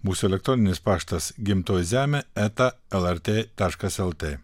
mūsų elektroninis paštas gimtoji zeme eta lrt taškas lt